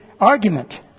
argument